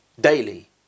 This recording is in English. daily